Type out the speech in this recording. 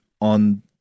on